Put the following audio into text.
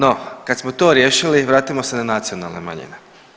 No, kad smo to riješili vratimo se na nacionalne manjine.